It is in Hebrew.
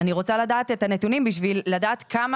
אני רוצה לדעת את הנתונים בשביל לדעת כמה